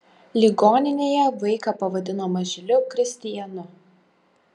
ligoninėje vaiką pavadino mažyliu kristijanu